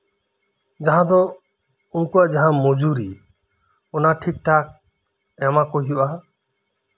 ᱡᱟᱦᱟᱸ ᱫᱚ ᱩᱱᱠᱩᱣᱟᱜ ᱡᱟᱦᱟᱸ ᱢᱚᱡᱩᱨᱤ ᱚᱱᱟ ᱴᱷᱤᱠᱼᱴᱷᱟᱠ ᱮᱢᱟᱠᱚ ᱦᱳᱭᱳᱜᱼᱟ